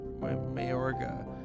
Mayorga